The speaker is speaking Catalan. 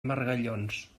margallons